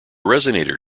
resonator